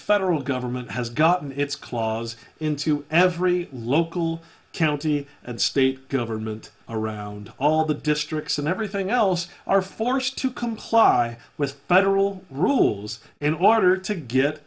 federal government has gotten its claws into every local county and state government around all the districts and everything else are forced to comply with by the rule rules in order to get